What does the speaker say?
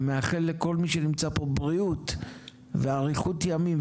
ומאחל לכל מי שנמצא פה בריאות ואריכות ימים,